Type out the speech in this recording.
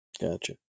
Gotcha